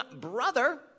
brother